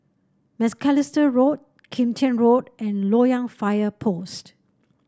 Macalister Road Kim Tian Road and Loyang Fire Post